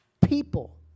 people